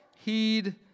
Heed